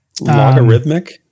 logarithmic